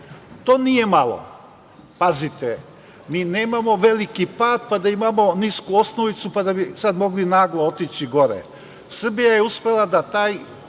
To nije malo. Pazite, mi nemamo veliki pad pa da imamo nisku osnovicu pa da bi sad mogli naglo otići gore. Srbija je uspela da taj